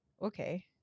okay